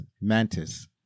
Mantis